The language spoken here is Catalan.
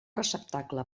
receptacle